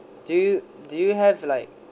do you do you have like